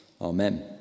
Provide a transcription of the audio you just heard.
amen